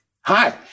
Hi